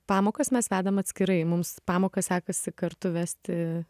pamokas mes vedam atskirai mums pamokas sekasi kartu vesti